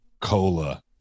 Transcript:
Cola